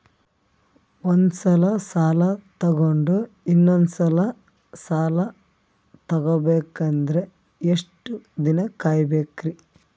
ಒಂದ್ಸಲ ಸಾಲ ತಗೊಂಡು ಇನ್ನೊಂದ್ ಸಲ ಸಾಲ ತಗೊಬೇಕಂದ್ರೆ ಎಷ್ಟ್ ದಿನ ಕಾಯ್ಬೇಕ್ರಿ?